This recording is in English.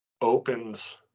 opens